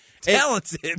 Talented